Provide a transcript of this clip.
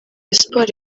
espoir